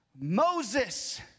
Moses